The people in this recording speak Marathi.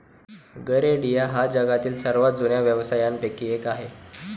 गरेडिया हा जगातील सर्वात जुन्या व्यवसायांपैकी एक आहे